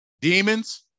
Demons